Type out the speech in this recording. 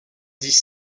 dix